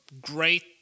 great